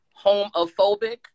homophobic